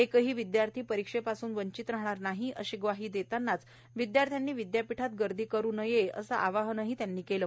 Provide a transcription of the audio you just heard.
एकही विदयार्थी परीक्षेपासून वंचित राहणार नाही अशी ग्वाही देतानाच विदयार्थ्यांनी विदयापीठात गर्दी करू नये असं आवाहनही त्यांनी केलं